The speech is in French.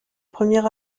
premier